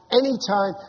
anytime